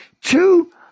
two